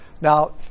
Now